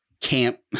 camp